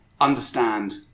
understand